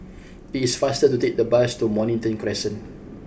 it is faster to take the bus to Mornington Crescent